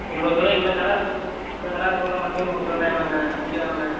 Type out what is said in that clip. இவ்வளோ தூரம் இவ்வளோ கடயிருக்கு இவ்வளோ கட இருக்ககுல ஒன்கிட்ட வந்து கொடுக்குறன்னா என்னணே நம்பிக்கை தானேணே